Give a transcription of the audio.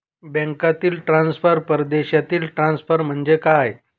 बँकांतील ट्रान्सफर, परदेशातील ट्रान्सफर म्हणजे काय?